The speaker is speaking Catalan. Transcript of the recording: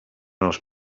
els